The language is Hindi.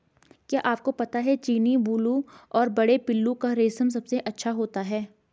क्या आपको पता है चीनी, बूलू और बड़े पिल्लू का रेशम सबसे अच्छा होता है?